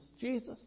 Jesus